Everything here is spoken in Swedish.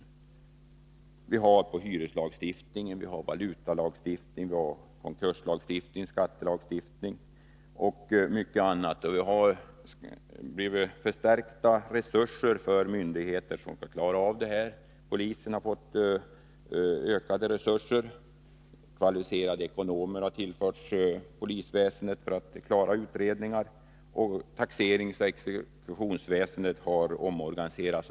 Det gäller hyreslagstiftningen, valutalagstiftningen, konkurslagstiftningen, skattelagstiftningen och mycket annat. De myndigheter som skall klara dessa åtgärder har fått förstärkta resurser. Polisen har fått ökade möjligheter genom att kvalificerade ekonomer har tillförts polisväsendet för att genomföra utredningar, och taxeringsoch exekutionsväsendet har omorganiserats.